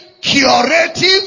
curative